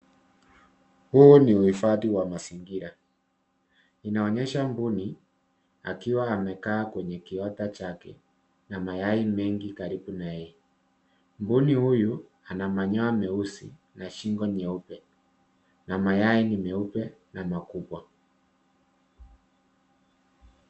Huo ni uhifadhi wa mazingira. Inaonyesha mbuni akiwa amekaa kwenye kiota chake na mayai mengi karibu naye. Mbuni huyu ana manyoya meusi na shingo nyeupe na mayai meupe na makubwa.